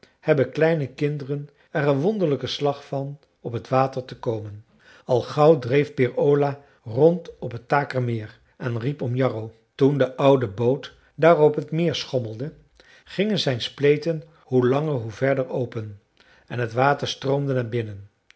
hebben kleine kinderen er een wonderlijken slag van op t water te komen al gauw dreef peer ola rond op het takermeer en riep om jarro toen de oude boot daar op het meer schommelde gingen zijn spleten hoe langer hoe verder open en het water stroomde naar binnen